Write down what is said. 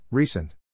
Recent